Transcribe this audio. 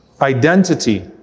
identity